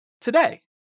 today